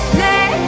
let